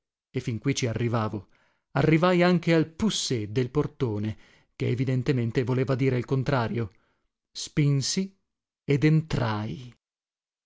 e fin qui ci arrivavo arrivai anche al poussez del portone che evidentemente voleva dire il contrario spinsi ed entrai